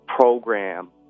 program